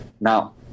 Now